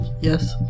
Yes